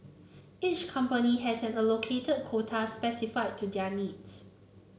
each company has an allocated quota specific to their needs